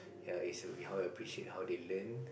ya is how we appreciate how they learn